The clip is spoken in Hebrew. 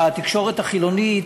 בתקשורת החילונית,